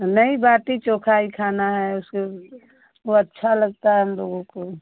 नहीं बाटी चोखा ही खाना हैं उसे वो अच्छा लगता है हम लोगों को